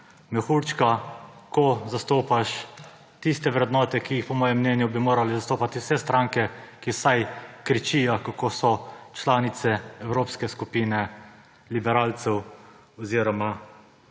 mehurčka, ko zastopaš tiste vrednote, ki bi jih po mojem mnenju morale zastopati vsaj vse stranke, ki kričijo, kako so članice evropske skupine liberalcev oziroma